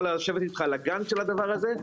אני יכול לשבת איתך על הדבר הזה,